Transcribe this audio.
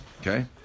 Okay